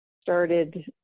started